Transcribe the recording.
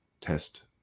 test